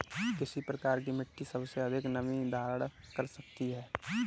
किस प्रकार की मिट्टी सबसे अधिक नमी धारण कर सकती है?